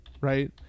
right